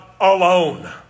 alone